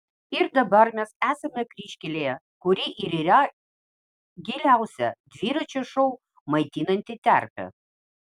ir dabar mes esame kryžkelėje kuri ir yra giliausia dviračio šou maitinanti terpė